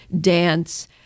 dance